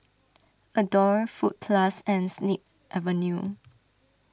Adore Fruit Plus and Snip Avenue